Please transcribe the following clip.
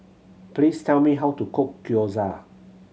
please tell me how to cook Gyoza